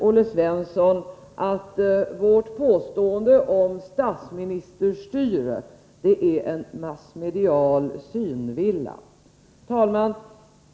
Olle Svensson säger att vårt påstående om statsministerstyre är en massmedial synvilla. Herr talman!